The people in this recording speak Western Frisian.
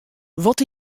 wat